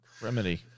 remedy